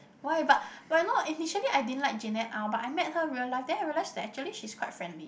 why but but you know initially I didn't like Jeanette Aw but I met her real life then realise that actually she's quite friendly